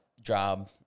job